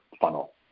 funnel